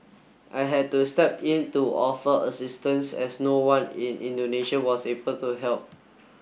I had to step in to offer assistance as no one in Indonesia was able to help